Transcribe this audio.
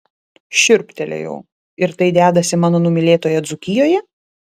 šiurptelėjau ir tai dedasi mano numylėtoje dzūkijoje